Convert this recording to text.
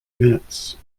minutes